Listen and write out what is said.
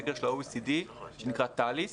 סקר של ה-OECD שנקרא TALIS